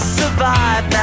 survive